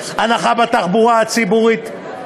הנחה בתחבורה הציבורית,